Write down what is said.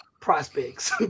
prospects